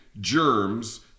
germs